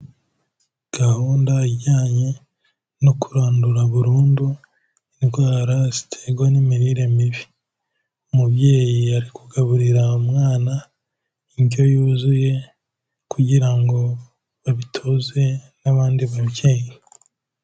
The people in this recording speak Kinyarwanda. Gahunda ijyanye no kurandura burundu indwara ziterwa n'imirire mibi, umubyeyi ari kugaburira umwana indyo yuzuye kugira ngo babitoze n'abandi babyeyi.